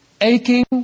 aching